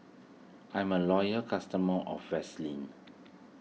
I'm a loyal customer of Vaselin